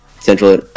Central